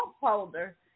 holder